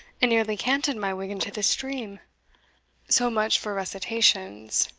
and nearly canted my wig into the stream so much for recitations,